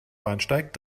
bahnsteig